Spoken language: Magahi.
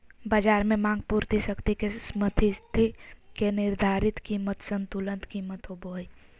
बज़ार में मांग पूर्ति शक्ति के समस्थिति से निर्धारित कीमत संतुलन कीमत होबो हइ